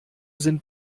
sind